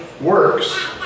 works